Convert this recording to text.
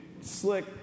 slick